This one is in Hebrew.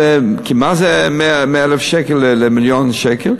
כי מה זה 100,000 שקל למיליון שקל?